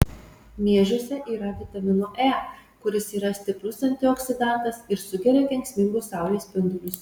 miežiuose yra vitamino e kuris yra stiprus antioksidantas ir sugeria kenksmingus saulės spindulius